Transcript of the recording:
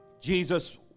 Jesus